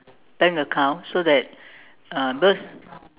bank account so that uh because